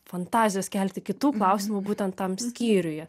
fantazijos kelti kitų klausimų būtent tam skyriuje